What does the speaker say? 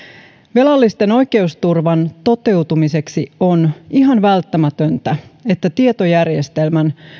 velallisten oikeusturvan toteutumiseksi on ihan välttämätöntä että tietojärjestelmän